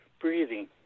breathing